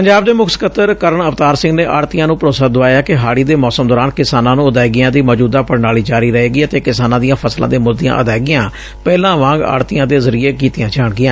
ਪੰਜਾਬ ਦੇ ਮੁੱਖ ਸਕੱਤਰ ਕਰਨ ਅਵਤਾਰ ਸਿੰਘ ਨੇ ਆਤ੍ਤੀਆਂ ਨੂੰ ਭਰੋਸਾ ਦੁਆਇਐ ਕਿ ਹਾਤੀ ਦੇ ਮੌਸਮ ਦੌਰਾਨ ਕਿਸਾਨਾਂ ਨੂੰ ਅਦਾਇਗੀਆਂ ਦੀ ਮੌਜੁਦਾ ਪ੍ਰਣਾਲੀ ਜਾਰੀ ਰਹੇਗੀ ਅਤੇ ਕਿਸਾਨਾਂ ਦੀਆਂ ਫਸਲਾਂ ਦੇ ਮੁਲ ਦੀਆਂ ਅਦਾਇਗੀਆਂ ਪਹਿਲਾਂ ਵਾਂਗ ਆੜਤੀਆਂ ਦੇ ਜ਼ਰੀਏ ਕੀਤੀਆਂ ਜਾਣਗੀਆਂ